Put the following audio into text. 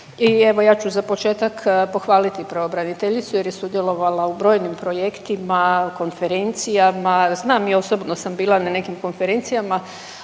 i evo ja ću za početak pohvaliti pravobraniteljicu jer je sudjelovala u brojnim projektima, konferencijama. Znam i osobno sam bila na nekim konferencijama,